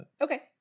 Okay